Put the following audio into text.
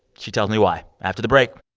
she tells me why after the break